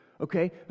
Okay